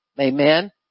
Amen